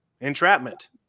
entrapment